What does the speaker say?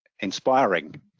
inspiring